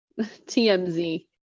TMZ